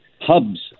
hubs